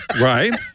Right